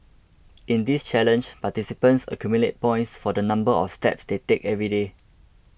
in this challenge participants accumulate points for the number of steps they take every day